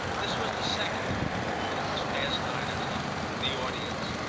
this was the second time, and it was past nine o'clock the audience,